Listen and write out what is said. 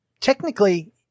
technically